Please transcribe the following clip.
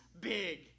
big